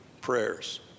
prayers